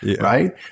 right